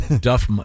Duff